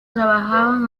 trabajaban